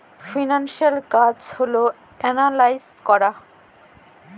financial কাজ হল analyse করা